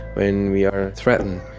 when we are threatened,